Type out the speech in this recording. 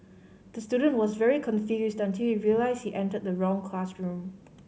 the student was very confused until realised he entered the wrong classroom